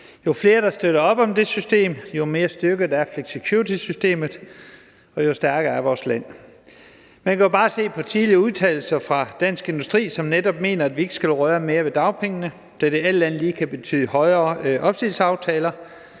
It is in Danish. Jo flere, der støtter op om det system, jo mere styrket er flexicuritysystemet, og jo stærkere er vores land. Man kan jo bare se på tidligere udtalelser fra Dansk Industri, som netop mener, at vi ikke skal røre mere ved dagpengene, da det alt andet lige kan betyde flere opsigelsesaftaler